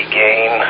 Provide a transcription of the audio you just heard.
gain